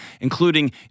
including